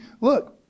Look